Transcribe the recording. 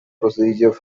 procedures